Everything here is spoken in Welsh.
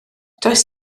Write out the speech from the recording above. does